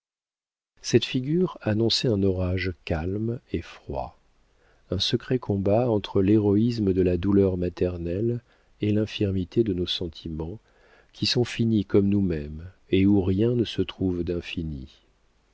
cette figure annonçait un orage calme et froid un secret combat entre l'héroïsme de la douleur maternelle et l'infirmité de nos sentiments qui sont finis comme nous-mêmes et où rien ne se trouve